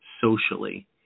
socially